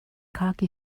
khaki